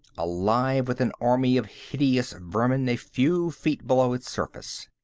alive with an army of hideous vermin a few feet below its surface.